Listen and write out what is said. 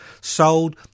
sold